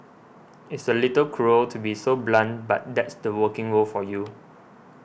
it's a little cruel to be so blunt but that's the working world for you